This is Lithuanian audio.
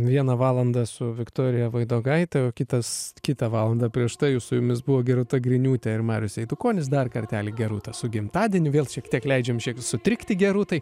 vieną valandą su viktorija voidogaite o kitas kitą valandą prieš tai su jumis buvo gerūta griniūtė ir marius eidukonis dar kartelį gerūta su gimtadieniu vėl šiek tiek leidžiam šiek sutrikti gerūtai